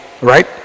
right